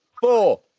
four